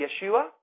Yeshua